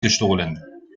gestohlen